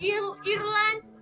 Ireland